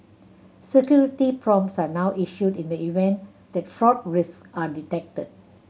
security prompts are now issued in the event that fraud risks are detected